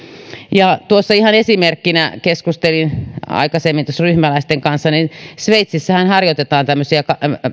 ihan esimerkkinä keskustelin aikaisemmin tuossa ryhmäläisten kanssa että sveitsissähän harjoitetaan tämmöisiä